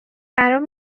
برام